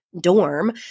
dorm